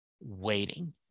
waiting